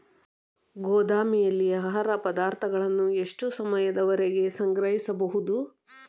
ಗೋದಾಮಿನಲ್ಲಿ ಆಹಾರ ಪದಾರ್ಥಗಳನ್ನು ಎಷ್ಟು ಸಮಯದವರೆಗೆ ಸಂಗ್ರಹಿಸಬಹುದು?